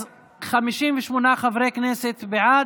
אז 58 חברי כנסת בעד,